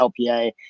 LPA